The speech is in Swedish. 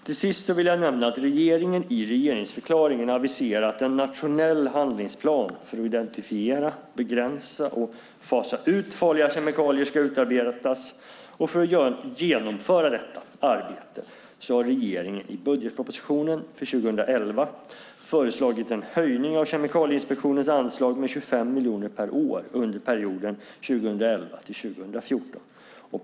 Till sist vill jag nämna att regeringen i regeringsförklaringen aviserade att en nationell handlingsplan för att identifiera, begränsa och fasa ut farliga kemikalier ska utarbetas. För att genomföra detta arbete har regeringen i budgetpropositionen för 2011 föreslagit en höjning av Kemikalieinspektionens anslag med 25 miljoner kronor per år under perioden 2011-2014.